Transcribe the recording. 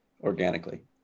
organically